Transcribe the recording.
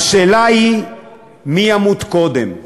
השאלה היא מי ימות קודם,